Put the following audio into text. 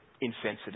insensitive